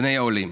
בני העולים.